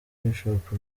bishop